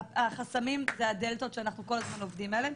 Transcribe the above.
החסמים הם הדלתות שאנחנו כל הזמן עובדים עליהן.